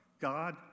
God